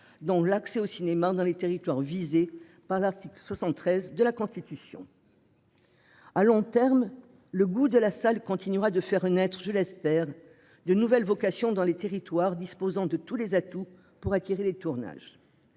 dont l'accès au cinéma dans les territoires visés par l'article 73 de la Constitution. À long terme. Le goût de la salle continuera de faire naître je l'espère de nouvelles vocations dans les territoires disposant de tous les atouts pour attirer les tournages.